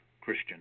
Christian